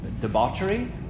debauchery